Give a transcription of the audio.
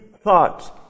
thoughts